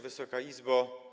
Wysoka Izbo!